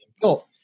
built